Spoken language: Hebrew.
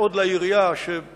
נתניהו ומצייר את המפה הפוליטית שלו